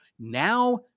Now